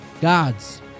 Gods